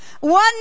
One